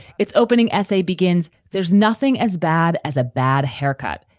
its opening essay begins. there's nothing as bad as a bad haircut,